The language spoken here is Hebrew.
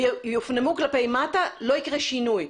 ויופנמו כלפי מטה, לא יקרה שינוי.